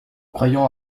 croyant